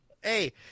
Hey